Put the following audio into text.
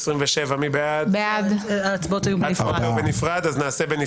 הצבעה בעד, 4 נגד, 9 נמנעים, אין לא אושרה.